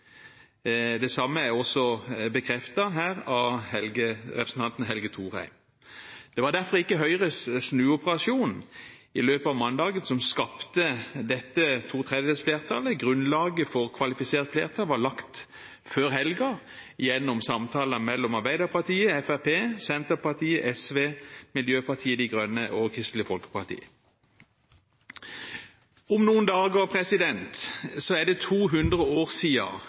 Det samme er også bekreftet av representanten Helge Thorheim. Det var derfor ikke Høyres snuoperasjon i løpet av mandagen som skapte dette to tredjedels flertallet. Grunnlaget for kvalifisert flertall var lagt før helgen, gjennom samtaler mellom Arbeiderpartiet, Fremskrittspartiet, Senterpartiet, SV, Miljøpartiet De Grønne og Kristelig Folkeparti. Om noen dager er det 200 år